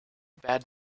bad